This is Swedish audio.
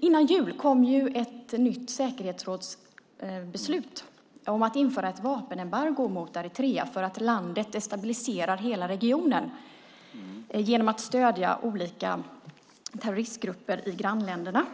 Före jul kom ett nytt säkerhetsrådsbeslut om att införa ett vapenembargo mot Eritrea för att landet destabiliserar hela regionen genom att stödja olika terroristgrupper i grannländerna.